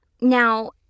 now